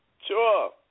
Sure